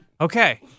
Okay